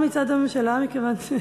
אין תשובה מצד הממשלה מכיוון,